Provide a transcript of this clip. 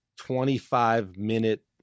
25-minute